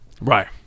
Right